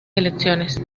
elecciones